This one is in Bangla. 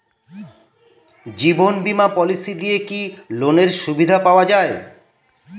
জীবন বীমা পলিসি দিয়ে কি লোনের সুবিধা পাওয়া যায়?